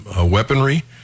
weaponry